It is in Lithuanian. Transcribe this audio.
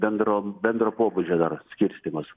bendro bendro pobūdžio dar skirstymas